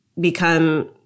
become